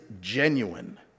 genuine